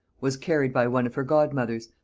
was carried by one of her godmothers,